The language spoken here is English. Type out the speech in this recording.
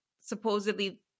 supposedly